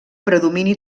predomini